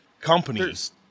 companies